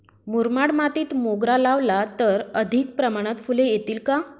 मुरमाड मातीत मोगरा लावला तर अधिक प्रमाणात फूले येतील का?